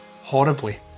horribly